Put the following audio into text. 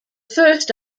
first